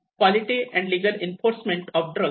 quality and legal enforcement of drugs